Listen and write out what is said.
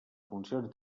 funcions